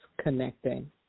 connecting